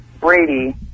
Brady